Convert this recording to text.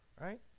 right